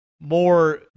more